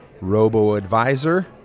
robo-advisor